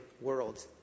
world